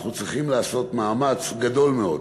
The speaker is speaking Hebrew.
אנחנו צריכים לעשות מאמץ גדול מאוד.